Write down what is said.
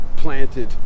Planted